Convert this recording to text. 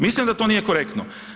Mislim da to nije korektno.